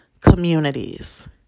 communities